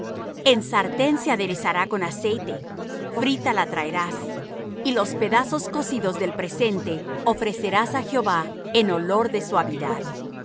en sartén se aderezará con aceite frita la traerás y los pedazos cocidos del presente ofrecerás á jehová en olor de suavidad